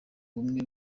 bumwe